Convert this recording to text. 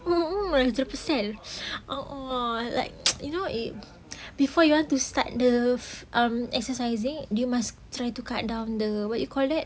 mm mm macam uh uh like you know it macam before you want to start the um exercising you must try to cut down the what you call that